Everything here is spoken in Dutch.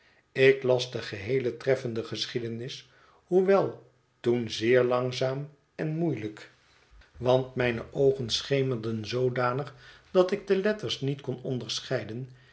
ik las de geheele treffende geschiedenis hoewel toen zeer langzaam en moeielijk want mijne het veelaten hols oogen schemerden zoodanig dal ik de letters niet kon onderscheiden